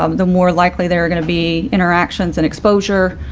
um the more likely they're going to be interactions and exposure,